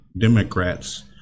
Democrats